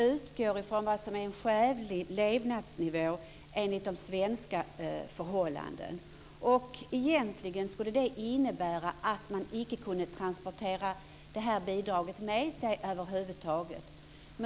En skälig levnadsnivå enligt svenska förhållanden används som utgångspunkt. Egentligen skulle detta innebära att det över huvud taget inte går att ta med sig bidraget.